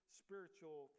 spiritual